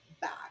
back